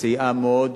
סייעה מאוד,